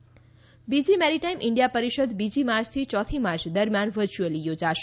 maritime બીજી maritime India પરિષદ બીજી માર્ચથી ચોથી માર્ચ દરમિયાન વર્ચ્યુઅલી યોજાશે